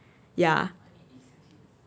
ya